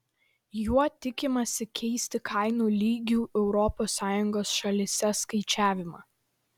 juo tikimasi keisti kainų lygių europos sąjungos šalyse skaičiavimą